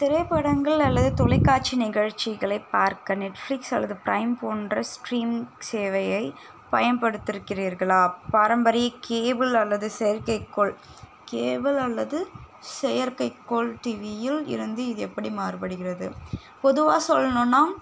திரைப்படங்கள் அல்லது தொலைக்காட்சி நிகழ்ச்சிகளை பார்க்க நெட்ஃப்ளிக்ஸ் அல்லது ப்ரைம் போன்ற ஸ்கிரீம் சேவையை பயன்படுத்துருக்கிறீர்களா பாரம்பரிய கேபுள் அல்லது செயற்கைக்கோள் கேபுள் அல்லது செயற்கைக்கோள் டிவியில் இருந்து இது எப்படி மாறுபடுகிறது பொதுவாக சொல்லணும்னா